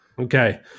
Okay